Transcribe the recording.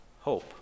hope